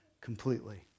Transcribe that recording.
completely